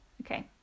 Okay